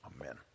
Amen